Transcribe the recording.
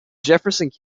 jefferson